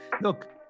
look